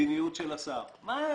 במדיניות של שר האוצר.